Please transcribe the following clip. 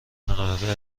قوه